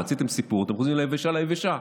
רציתם סיפור ואתם חוזרים לתשובה היבשה.